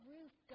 Ruth